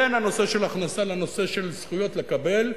בין הנושא של הכנסה לנושא של זכויות לקבל,